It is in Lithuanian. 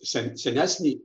sen senesnį